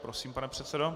Prosím, pane předsedo.